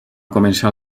començar